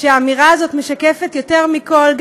שהאמירה הזאת משקפת יותר מכול,